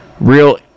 real